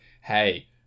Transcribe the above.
hey